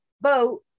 boat